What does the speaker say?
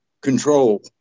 control